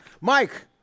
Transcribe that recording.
Mike